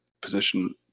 position